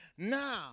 Now